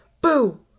boo